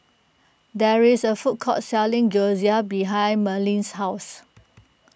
there is a food court selling Gyoza behind Merlin's house